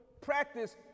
practice